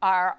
are